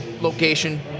location